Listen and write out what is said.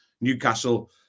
Newcastle